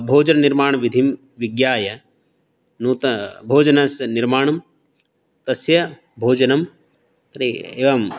भोजननिर्माणविधिं विज्ञाय नूत भोजनस्य निर्माणं तस्य भोजनम् अर्रे एवं